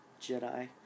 Jedi